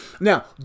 Now